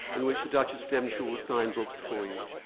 in which the duchess of devonshire will sign books for you.